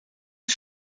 een